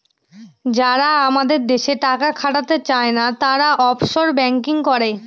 যারা আমাদের দেশে টাকা খাটাতে চায়না, তারা অফশোর ব্যাঙ্কিং করে